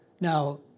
Now